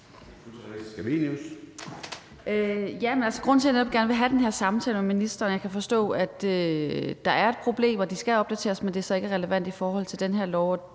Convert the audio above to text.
Scavenius (UFG): Grunden til, at jeg netop gerne vil have den her samtale med ministeren, er: Jeg kan forstå, at der er et problem, og at de skal opdateres, men at det så ikke er relevant i forhold til den her lov,